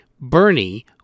Bernie